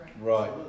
Right